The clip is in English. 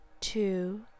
two